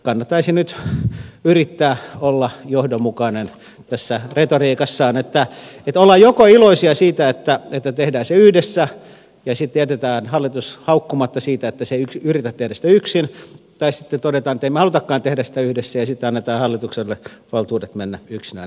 kannattaisi nyt yrittää olla johdonmukainen retoriikassaan niin että joko ollaan iloisia siitä että tehdään se yhdessä ja sitten jätetään hallitus haukkumatta siitä että se ei yritä tehdä sitä yksin tai sitten todetaan että emme me haluakaan tehdä sitä yhdessä ja sitten annetaan hallitukselle valtuudet mennä yksinään eteenpäin